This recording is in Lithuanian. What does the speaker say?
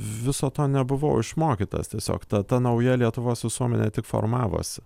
viso to nebuvau išmokytas tiesiog ta ta nauja lietuvos visuomenė tik formavosi